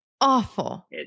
Awful